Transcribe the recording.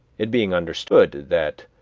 it being understood that